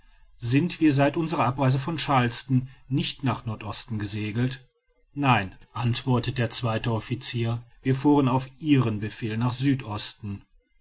sind wir seit unserer abreise von charleston nicht nach nordosten gesegelt nein antwortet der zweite officier wir fuhren auf ihren befehl nach südosten